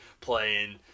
playing